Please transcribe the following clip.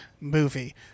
movie